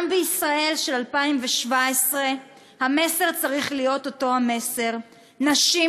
גם בישראל של 2017 המסר צריך להיות אותו המסר: נשים